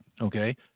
Okay